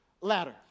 ladder